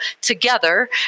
together